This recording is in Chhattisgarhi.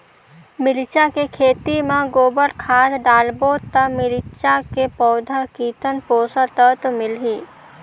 मिरचा के खेती मां गोबर खाद डालबो ता मिरचा के पौधा कितन पोषक तत्व मिलही?